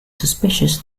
suspicious